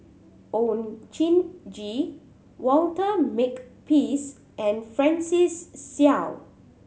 Oon Jin Gee Walter Makepeace and Francis Seow